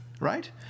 Right